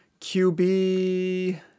QB